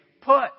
put